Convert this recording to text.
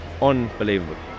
unbelievable